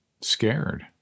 scared